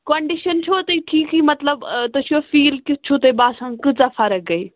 condition چھوٕ تۄہہِ ٹھیٖکھٕے مطلب تُہۍ چھُوا فیٖل کیُتھ چھُو تۄہہِ باسان کۭژاہ فرق گٔے